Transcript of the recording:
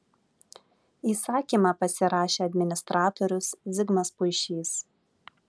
įsakymą pasirašė administratorius zigmas puišys